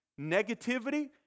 negativity